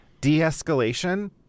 de-escalation